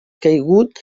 caigut